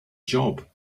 job